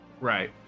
Right